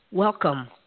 Welcome